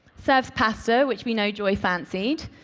serves pasta which we know joy fancied.